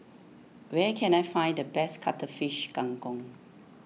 where can I find the best Cuttlefish Kang Kong